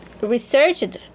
researched